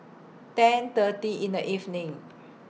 ten thirty in The evening